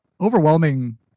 overwhelming